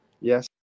Yes